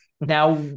now